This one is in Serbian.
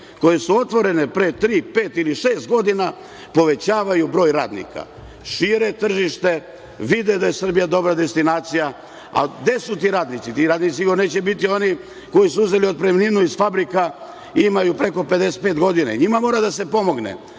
koje su otvorene pre tri, pet ili šest godina, povećavaju broj radnika, šire tržište, vide da je Srbija dobra destinacija, ali gde su ti radnici? Ti radnici sigurno neće biti oni koji su uzeli otpremninu iz fabrika i imaju preko 55 godina, i njima mora da se pomogne,